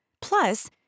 Plus